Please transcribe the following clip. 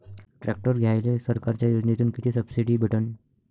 Tractor घ्यायले सरकारच्या योजनेतून किती सबसिडी भेटन?